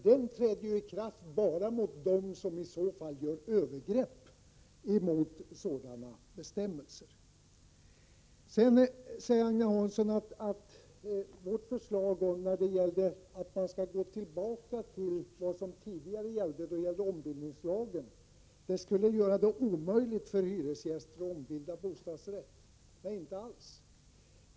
Den drabbar i så fall bara dem som gör övergrepp mot gällande bestämmelser. Agne Hansson säger att vårt förslag om att återgå till bestämmelserna i ombildningslagen skulle göra det omöjligt för hyresgäster att ombilda hyresrätt till bostadsrätt. Så är det inte alls.